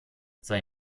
sei